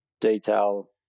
detail